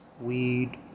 weed